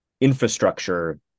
infrastructure